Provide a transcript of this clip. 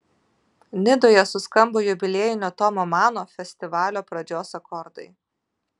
nidoje suskambo jubiliejinio tomo mano festivalio pradžios akordai